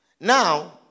Now